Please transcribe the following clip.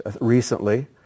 recently